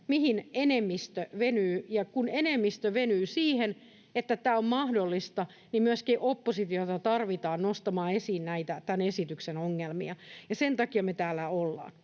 mihin enemmistö venyy, ja kun enemmistö venyy siihen, että tämä on mahdollista, niin myöskin oppositiota tarvitaan nostamaan esiin näitä tämän esityksen ongelmia, ja sen takia me täällä ollaan.